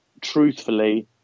truthfully